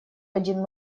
один